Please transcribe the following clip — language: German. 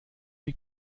die